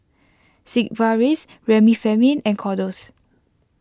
Sigvaris Remifemin and Kordel's